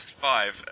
five